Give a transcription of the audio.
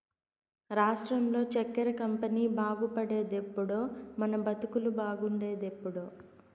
రాష్ట్రంలో చక్కెర కంపెనీ బాగుపడేదెప్పుడో మన బతుకులు బాగుండేదెప్పుడో